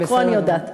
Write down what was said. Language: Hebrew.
לקרוא אני יודעת.